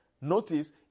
Notice